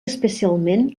especialment